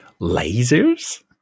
lasers